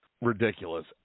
ridiculous